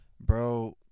bro